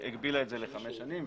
הגבילה את זה לחמש שנים,